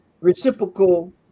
reciprocal